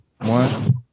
one